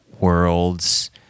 worlds